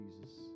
Jesus